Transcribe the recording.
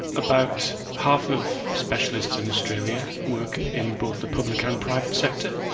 about half of specialists in australia work in both the public and private sector,